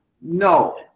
no